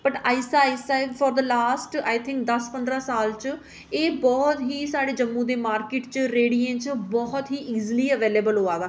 but आस्तै आस्तै I think the last दस पंदरें सालें च एह् बहुत ही साढ़े जम्मू दी मार्किट च रेह्ड़ियें च बहुत ई इजली अवेलएबल होआ दा